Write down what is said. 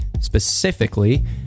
Specifically